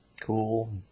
Cool